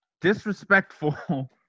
disrespectful